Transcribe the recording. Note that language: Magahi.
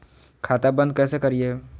खाता बंद कैसे करिए?